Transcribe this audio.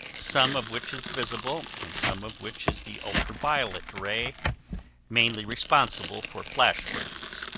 some of which is visible and some of which is the ultra violet rays mainly responsible for flash burns.